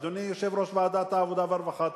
אדוני יושב-ראש ועדת העבודה והרווחה,